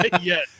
Yes